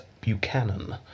Buchanan